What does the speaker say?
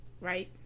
right